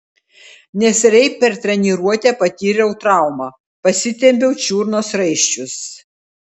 neseniai per treniruotę patyriau traumą pasitempiau čiurnos raiščius